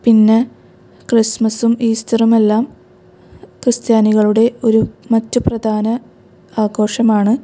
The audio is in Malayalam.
പിന്നെ ക്രിസ്മസും ഈസ്റ്ററുമെല്ലാം ക്രിസ്ത്യാനികളുടെ ഒരു മറ്റ് പ്രധാന ആഘോഷമാണ്